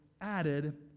added